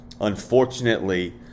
Unfortunately